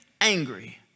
angry